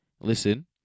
listen